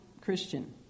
Christian